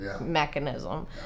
mechanism